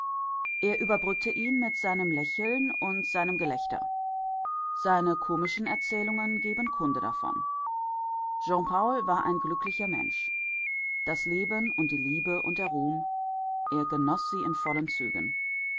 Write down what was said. er überbrückte ihn mit seinem lächeln und seinem gelächter seine komischen erzählungen geben kunde davon jean paul war ein glücklicher mensch das leben und die liebe und der ruhm er genoß sie in vollen zügen